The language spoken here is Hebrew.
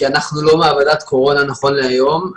כי אנחנו לא מעבדת קורונה נכון להיום.